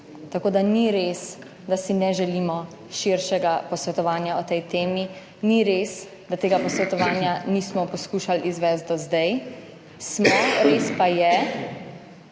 Tako da ni res, da si ne želimo širšega posvetovanja o tej temi. Ni res, da tega posvetovanja nismo poskušali izvesti do zdaj. Smo. Res pa je,